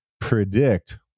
predict